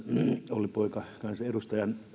olli poika kansanedustajana